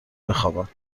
بخوابم